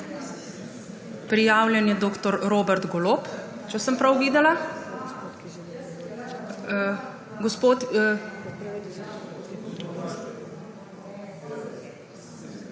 Prijavljen je dr. Robert Golob, če sem prav videla